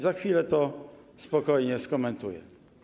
Za chwilę to spokojnie skomentuję.